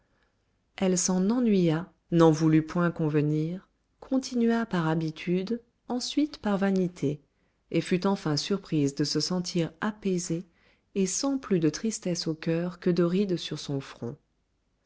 elle s'en ennuya n'en voulut point convenir continua par habitude ensuite par vanité et fut enfin surprise de se sentir apaisée et sans plus de tristesse au coeur que de rides sur son front